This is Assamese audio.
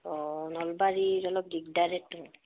অঁ নলবাৰীত অলপ দিগদাৰেটো